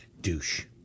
Douche